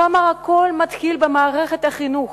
הוא אמר: הכול מתחיל במערכת החינוך.